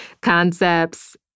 concepts